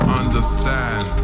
understand